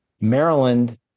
Maryland